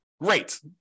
great